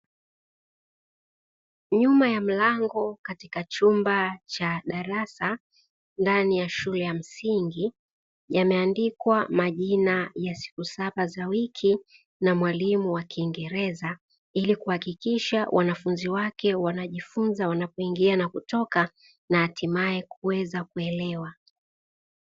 Nyuma ya mlango katika chumba cha darasa, ndani ya shule ya msingi yameandikwa majina ya siku saba za wiki na mwalimu wakingereza ili kuhakikisha wanafunzi wake wanajifunza wanapo ingia na kutoka na hatimaye kuweza kuelewa.